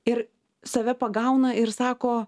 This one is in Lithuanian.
ir save pagauna ir sako